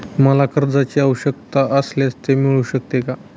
मला कर्जांची आवश्यकता असल्यास ते मिळू शकते का?